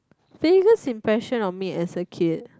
biggest impression on me as a kid